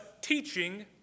teaching